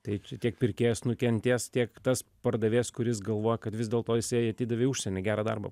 tai tiek pirkėjas nukentės tiek tas pardavėjas kuris galvoja kad vis dėlto jisai atidavė į užsienį gerą darbą